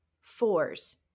Fours